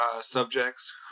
subjects